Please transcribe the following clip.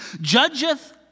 judgeth